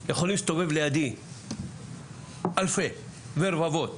להסתובב לידי אלפי ורבבות